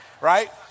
right